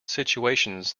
situations